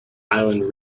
island